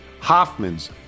Hoffmans